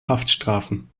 haftstrafen